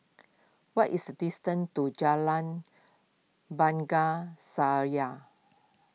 what is the distance to Jalan Bunga Saya